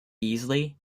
easley